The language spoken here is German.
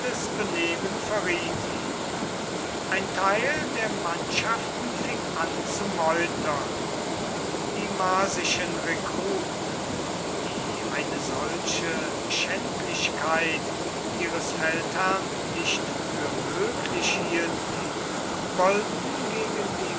benehmen verriet ihn ein teil der mannschaften fing an zu meutern die marsischen rekruten die eine solche schändlichkeit ihres feldherrn nicht für möglich hielten wollten gegen die